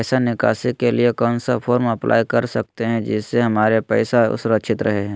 पैसा निकासी के लिए कौन सा फॉर्म अप्लाई कर सकते हैं जिससे हमारे पैसा सुरक्षित रहे हैं?